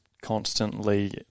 constantly